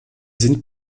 sind